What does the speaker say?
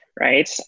right